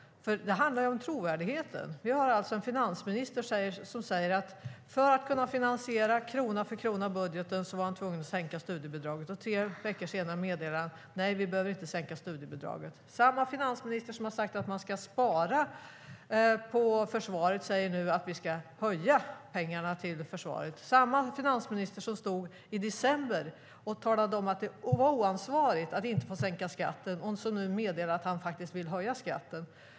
Det handlar om trovärdighet. Vi har en finansminister som alltså säger att för att kunna finansiera budgeten krona för krona är han tvungen att sänka studiebidraget, och tre veckor senare meddelar han att studiebidraget inte behöver sänkas. Samma finansminister som sagt att man ska spara på försvaret säger nu att vi ska öka anslaget till försvaret. Samma finansminister som i december talade om att det var oansvarigt att inte sänka skatten meddelar nu att han vill höja skatten.